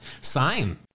sign